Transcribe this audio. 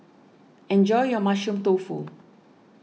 enjoy your Mushroom Tofu